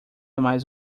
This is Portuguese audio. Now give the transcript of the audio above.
mais